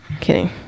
kidding